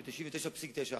ב-99.9%.